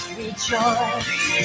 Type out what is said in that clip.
rejoice